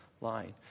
line